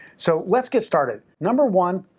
so, let's get started. number one,